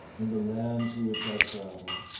in the land to which i travel,